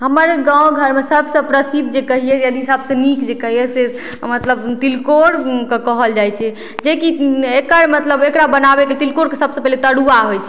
हमर गाँव घरमे सबसँ प्रसिद्ध जे कहियै यदि सबसँ नीक जे कहियै से मतलब तिलकोरके कहल जाइ छै जे कि एकर मतलब एकरा बनाबयके तिलकोरके सबसँ पहिले तरूआ होइ छै